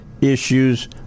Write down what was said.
issues